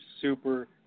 super